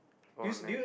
oh nice